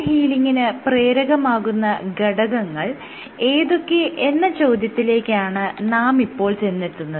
wound ഹീലിങിന് പ്രേരകമാകുന്ന ഘടകങ്ങൾ ഏതൊക്കെ എന്ന ചോദ്യത്തിലേക്കാണ് നാം ഇപ്പോൾ ചെന്നെത്തുന്നത്